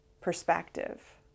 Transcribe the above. perspective